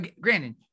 granted